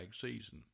season